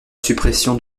suppression